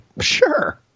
Sure